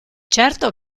certo